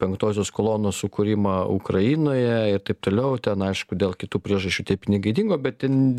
penktosios kolonos sukūrimą ukrainoje ir taip toliau ten aišku dėl kitų priežasčių tie pinigai dingo bet ten